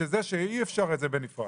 שאי-אפשר בנפרד.